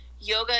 yoga